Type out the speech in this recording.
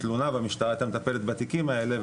תלונה והמשטרה היתה מטפלת בתיקים האלה,